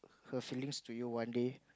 her feelings to you one day